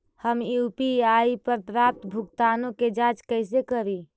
हम यु.पी.आई पर प्राप्त भुगतानों के जांच कैसे करी?